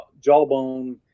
jawbone